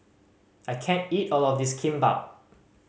I can't eat all of this Kimbap